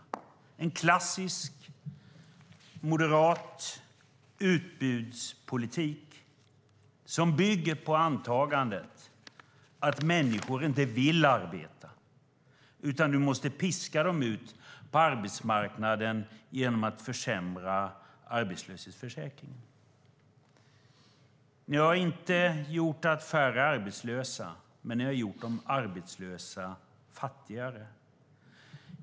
Det är en klassisk moderat utbudspolitik som bygger på antagandet att människor inte vill arbeta utan att man måste piska dem ut på arbetsmarknaden genom att försämra arbetslöshetsförsäkringen. Ni har inte gjort att det blev färre arbetslösa, men ni har gjort de arbetslösa fattigare.